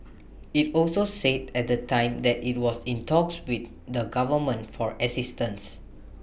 IT also said at the time that IT was in talks with the government for assistance